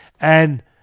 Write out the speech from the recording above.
And-